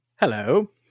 Hello